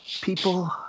people